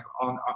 on